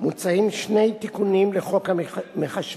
מוצעים שני תיקונים לחוק המחשבים: